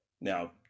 Now